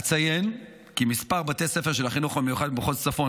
אציין כי כמה בתי ספר של החינוך המיוחד במחוז צפון,